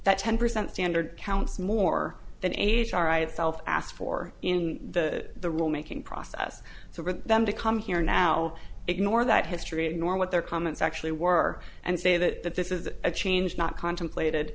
that ten percent standard counts more than h r itself asked for in the rule making process so for them to come here now ignore that history ignore what their comments actually were and say that that this is a change not contemplated